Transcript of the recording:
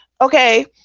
okay